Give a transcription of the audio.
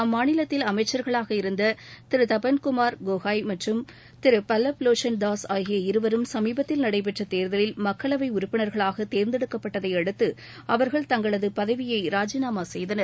அம்மாநிலத்தில் அமைச்ச்களாக இருந்த தபன் குமார் கோகய் மற்றும் பல்லப் லோச்சன் தாஸ் ஆகிய இருவரும் சமீபத்தில் நடைபெற்ற தேர்தலில் மக்களவை உறுப்பினர்களாக தேர்ந்தெடுக்கப்பட்டதை அடுத்து அவர்கள் தங்களது பதவியை ராஜினாமா செய்திருந்தனர்